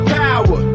power